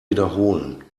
wiederholen